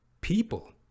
people